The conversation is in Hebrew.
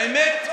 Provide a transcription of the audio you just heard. האמת?